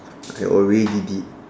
I already did